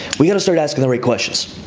we're gonna start asking the right questions.